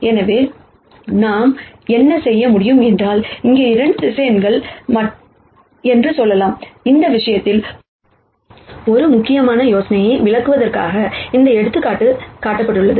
எனவே நாம் என்ன செய்ய முடியும் என்றால் இங்கே 2 வெக்டர்ஸ் என்று சொல்லலாம் இந்த விஷயத்தில் ஒரு முக்கியமான யோசனையை விளக்குவதற்காக இந்த எடுத்துக்காட்டு கட்டப்பட்டுள்ளது